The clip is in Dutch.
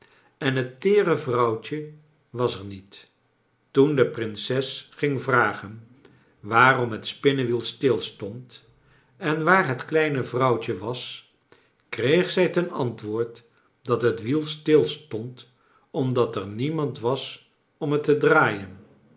en het teere vrouwtje was er niet toen de prinses ging vragen waarom het spinnewiel stil stond en waar het kleine vrouwtje was kreeg zij ten antwoord dat het wiel stil stond omdat er niemand was om het te draaien